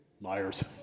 Liars